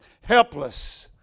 helpless